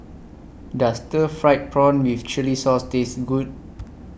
Does Stir Fried Prawn with Chili Sauce Taste Good